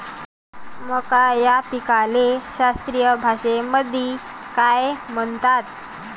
मका या पिकाले शास्त्रीय भाषेमंदी काय म्हणतात?